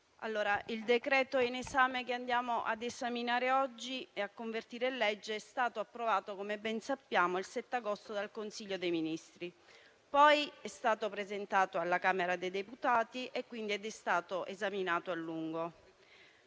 il decreto-legge che andiamo ad esaminare oggi e a convertire in legge è stato approvato, come ben sappiamo, il 7 agosto dal Consiglio dei ministri. Poi è stato presentato alla Camera dei deputati, dove è stato esaminato a lungo.